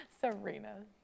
Serena